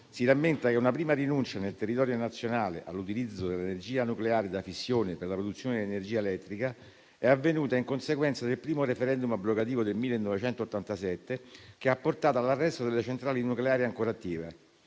si rammenta che una prima rinuncia nel territorio nazionale all'utilizzo dell'energia nucleare da fissione per la produzione di energia elettrica è avvenuta in conseguenza del primo *referendum* abrogativo del 1987, che ha portato all'arresto sia delle centrali nucleari ancora attive